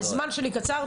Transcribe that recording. הזמן שלי קצר.